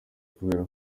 kubera